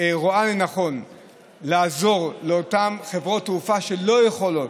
רואה לנכון לעזור לאותן חברות תעופה שלא יכולות,